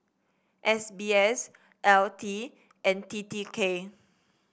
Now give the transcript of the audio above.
S B S L T and T T K